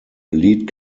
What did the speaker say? lead